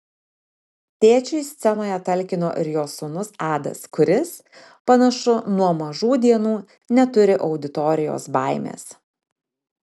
tėčiui scenoje talkino ir jo sūnus adas kuris panašu nuo mažų dienų neturi auditorijos baimės